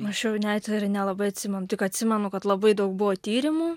nu aš jau net ir nelabai atsimenu tik atsimenu kad labai daug buvo tyrimų